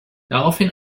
daraufhin